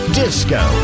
disco